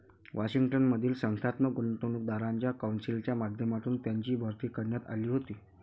Washington मधील संस्थात्मक गुंतवणूकदारांच्या कौन्सिलच्या माध्यमातून त्यांची भरती करण्यात आली होती